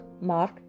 Mark